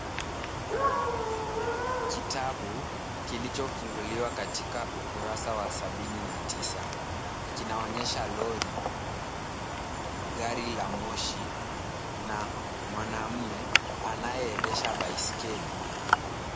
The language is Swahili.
Kitabu kilichofunguliwa katika ukurasa wa sabini na tisa. Kinaonyesha lori, gari la moshi na mwanaume anayeendesha baiskeli.